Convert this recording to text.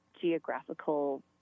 geographical